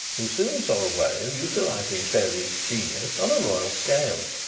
who soon saw a way of utilizing stelli's genius on a royal scale.